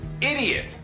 idiot